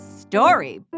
Story